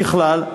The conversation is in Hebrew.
ככלל,